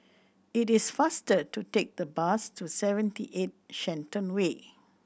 it is faster to take the bus to Seventy Eight Shenton Way